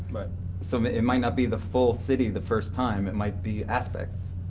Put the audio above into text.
but so it it might not be the full city the first time. it might be aspects